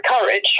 courage